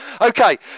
Okay